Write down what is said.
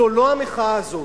זו לא המחאה הזאת.